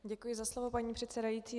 Děkuji za slovo, paní předsedající.